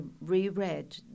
reread